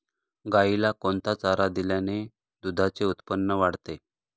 गाईला कोणता चारा दिल्याने दुधाचे उत्पन्न वाढते?